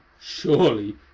surely